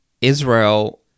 Israel